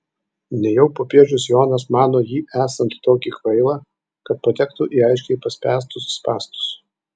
nejau popiežius jonas mano jį esant tokį kvailą kad patektų į aiškiai paspęstus spąstus